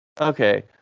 Okay